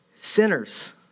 sinners